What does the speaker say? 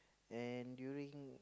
and during